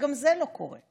שגם זה לא קורה.